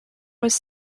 was